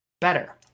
better